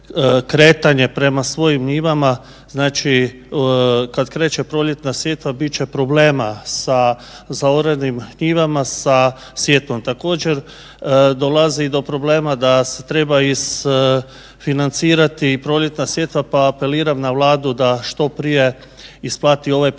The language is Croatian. kretanje prema svojim njivama, znači kad kreće proljetna sjetva bit će problema sa zaoranim njivama, sa sjetvom. Također dolazi i do problema da se treba isfinancirati proljetna sjetva, pa apeliram na Vladu da što prije isplati ovaj preostali